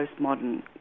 postmodern